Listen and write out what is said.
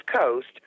Coast